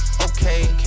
okay